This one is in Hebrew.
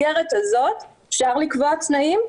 אפשר היום לקבוע תנאים,